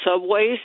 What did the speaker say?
subways